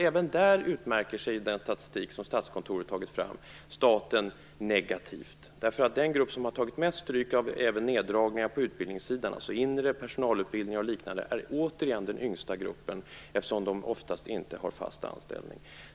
Även därvidlag utmärker sig staten negativt i den statistik som Statskontoret har tagit fram. Den grupp som har tagit mest stryk av neddragningar på utbildningssidan, alltså i inre personalutbildning och liknande, är återigen de yngsta, eftersom de oftast inte har fast anställning.